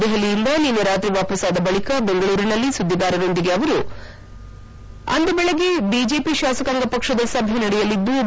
ದೆಹಲಿಯಿಂದ ನಿಸ್ಟೆ ರಾತ್ರಿ ವಾಪಸ್ಥಾದ ಬಳಿಕ ಬೆಂಗಳೂರಿನಲ್ಲಿ ಸುಧಿಗಾರರಿಗೆ ಅವರು ಅಂದು ಬೆಳಗ್ಗೆ ಬಿಜೆಪಿ ಶಾಸಕಾಂಗ ಪಕ್ಷದ ಸಭೆ ನಡೆಯಲಿದ್ಲು